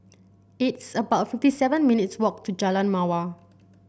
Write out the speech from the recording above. it's about fifty seven minutes' walk to Jalan Mawar